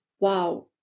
wow